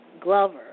Glover